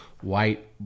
white